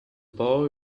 boy